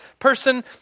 person